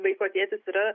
vaiko tėtis yra